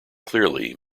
clearly